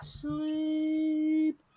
sleep